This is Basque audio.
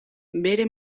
bere